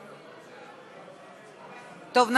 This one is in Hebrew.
טוב.